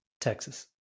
Texas